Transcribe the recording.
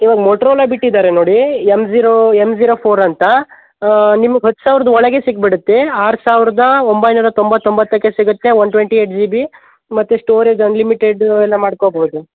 ಇವಾಗ ಮೋಟ್ರೋಲ ಬಿಟ್ಟಿದ್ದಾರೆ ನೋಡಿ M zero M zero four ಅಂತ ನಿಮ್ಗೆ ಹತ್ತು ಸಾವಿರದ ಒಳಗೇ ಸಿಕ್ಬಿಡುತ್ತೆ ಆರು ಸಾವಿರದ ಒಂಬೈನೂರ ತೊಂಬತ್ತೊಂಬತ್ತಕ್ಕೆ ಸಿಗುತ್ತೆ one twenty eight G B ಮತ್ತು ಸ್ಟೋರೇಜ್ ಅನ್ಲಿಮಿಟೆಡ್ ಎಲ್ಲ ಮಾಡ್ಕೊಬೋದು